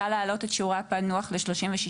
היה להעלות את שיעורי הפיענוח ל-36%.